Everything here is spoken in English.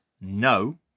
no